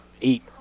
eat